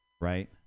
right